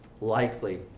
likely